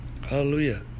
hallelujah